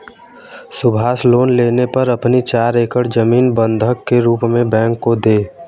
Subhash loan लेने पर अपनी चार एकड़ जमीन बंधक के रूप में बैंक को दें